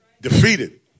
Defeated